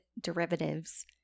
derivatives